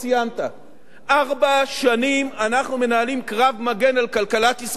ארבע שנים אנחנו מנהלים קרב מגן על כלכלת ישראל ועל אזרחי ישראל.